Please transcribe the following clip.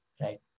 Right